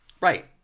Right